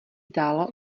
zdálo